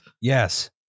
Yes